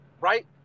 right